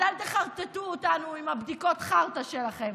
אז אל תחרטטו אותנו עם הבדיקות חרטא שלכם.